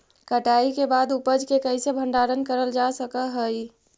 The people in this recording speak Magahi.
कटाई के बाद उपज के कईसे भंडारण करल जा सक हई?